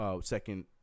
second